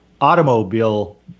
automobile